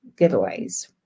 giveaways